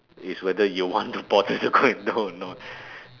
it's whether you want to bother to go and know or not